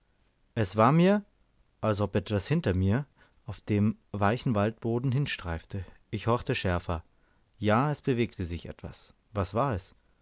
es war mir als ob etwas hinter mir auf dem weichen waldboden hinstreife ich horchte schärfer ja es bewegte sich etwas was war es